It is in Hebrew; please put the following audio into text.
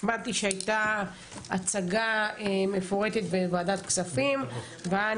הבנתי שהייתה הצגה מפורטת בוועדת כספים והיה